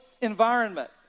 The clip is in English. environment